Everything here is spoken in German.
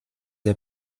der